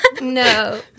No